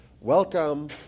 welcome